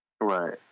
right